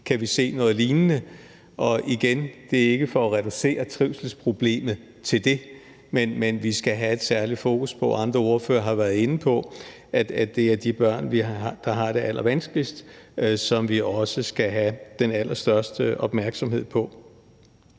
kan vi se noget lignende. Igen, det er ikke for at reducere trivselsproblemet til det, men vi skal have et særligt fokus på, og andre ordførere har været inde på det, at det er de børn, der har det allervanskeligst, som vi også skal have den allerstørste opmærksomhed på.